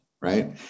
right